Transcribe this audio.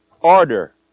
order